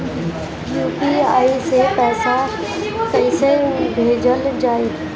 UPI से पैसा कइसे भेजल जाई?